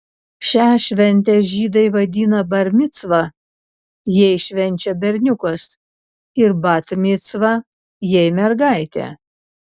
šią šventę žydai vadina bar micva jei švenčia berniukas ir bat micva jei mergaitė